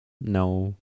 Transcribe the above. No